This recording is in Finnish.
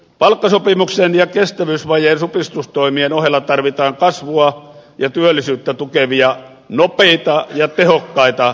palkkasopimuksen ja kestävyysvajeen supistustoimien ohella tarvitaan kasvua ja työllisyyttä tukevia nopeita ja tehokkaita kasvupanostuksia